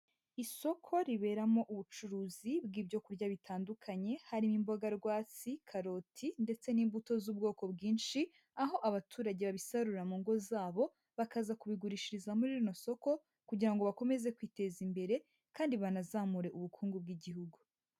Isoko riberamo ubucuruzi bw'ibyo kurya bitandukanye, harimo imimboga rwatsi, karoti ndetse n'imbuto z'ubwoko bwinshi, aho abaturage babisarura mu ngo zabo, bakaza kubigurishiriza muri rino soko kugira ngo bakomeze kwiteza imbere kandi banazamure ubukungu bw'Igihugu.